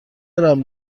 دارم